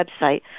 website